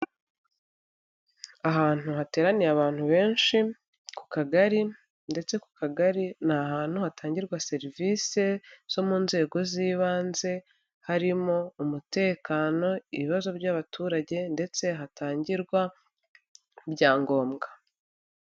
Ahantu hateraniye abantu benshi ku kagari ndetse ku kagari ni ahantu hatangirwa serivise zo mu nzego z'ibanze harimo umutekano, ibibazo by'abaturage ndetse hatangirwa n'ibyangombwa.